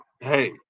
Hey